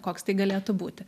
koks tai galėtų būti